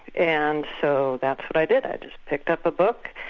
and so that's what i did, i just picked up a book,